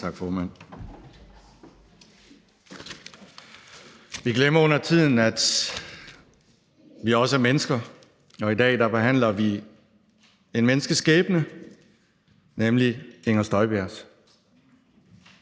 Vi glemmer undertiden, at vi også er mennesker, og i dag behandler vi en menneskeskæbne, nemlig fru Inger Støjbergs.